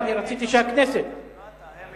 אני רציתי שהכנסת, לא אתה.